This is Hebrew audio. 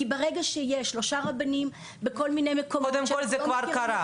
כי ברגע שיש שלושה רבנים בכל מיני מקומות --- קודם כל זה כבר קרה.